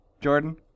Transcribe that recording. Jordan